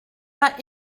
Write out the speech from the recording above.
pas